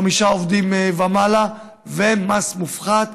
חמישה עובדים ומעלה ומס מופחת,